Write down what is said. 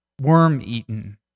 worm-eaten